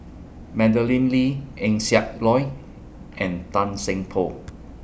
Madeleine Lee Eng Siak Loy and Tan Seng Poh